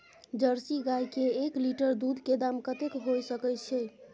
Jersey गाय के एक लीटर दूध के दाम कतेक होय सके छै?